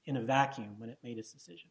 in a vacuum when it made its decision